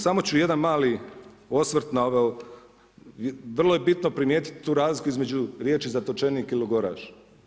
Samo ću jedan mali osvrt, vrlo je bitno primijetiti tu razliku između riječi zatočenik i logoraš.